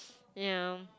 ya